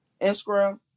Instagram